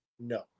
no